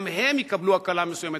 גם הן יקבלו הקלה מסוימת,